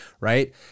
right